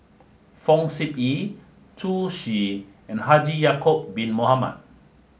Fong Sip Chee Zhu Xu and Haji Ya'acob bin Mohamed